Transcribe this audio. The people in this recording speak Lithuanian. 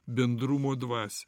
bendrumo dvasią